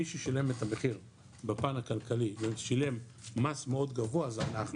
מי ששילם את המחיר בפן הכלכלי ושילם מס מאוד גבוה זה אנחנו